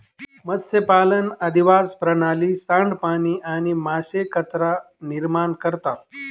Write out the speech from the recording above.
मत्स्यपालन अधिवास प्रणाली, सांडपाणी आणि मासे कचरा निर्माण करता